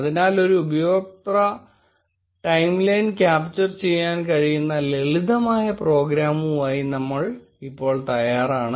അതിനാൽ ഒരു ഉപയോക്തൃ ടൈംലൈൻ ക്യാപ്ചർ ചെയ്യാൻ കഴിയുന്ന ലളിതമായ പ്രോഗ്രാമുമായി നമ്മൾ ഇപ്പോൾ തയ്യാറാണ്